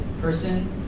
person